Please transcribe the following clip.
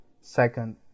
second